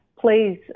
please